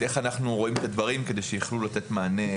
איך אנחנו רואים את הדברים כדי שיוכלו לתת מענה